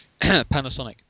Panasonic